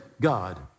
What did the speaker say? God